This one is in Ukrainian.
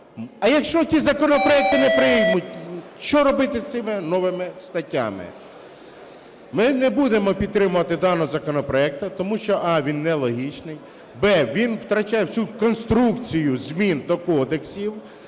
А якщо ті законопроекти не приймуть, що робити з цими новими статтями? Ми не будемо підтримувати даний законопроект, тому що: а) він нелогічний; б) він втрачає всю конструкцію змін до кодексів.